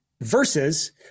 Versus